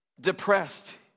depressed